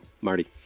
Marty